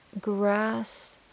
grass